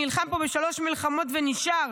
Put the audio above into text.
נלחם פה בשלוש מלחמות ונשאר,